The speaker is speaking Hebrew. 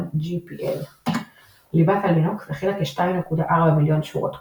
GPL. ליבת הלינוקס הכילה כ־2.4 מיליון שורות קוד,